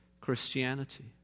Christianity